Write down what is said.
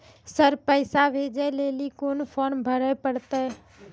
Sir पैसा भेजै लेली कोन फॉर्म भरे परतै?